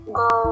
go